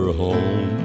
home